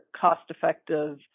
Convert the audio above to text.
cost-effective